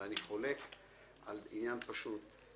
אבל אני חולק על עניין פשוט.